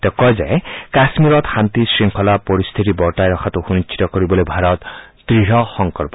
তেওঁ কয় যে কাশ্মীৰত শাস্তি শৃংখলাৰ পৰিস্থিতি বৰ্তাই ৰখাটো সুনিশ্চিত কৰিবলৈ ভাৰত দৃঢ় সংকল্প